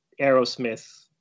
Aerosmith